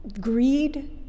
greed